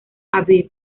aviv